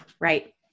right